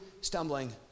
stumbling